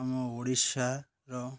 ଆମ ଓଡ଼ିଶାର